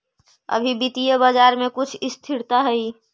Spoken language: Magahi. अभी वित्तीय बाजार में कुछ स्थिरता हई